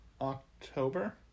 october